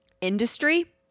Industry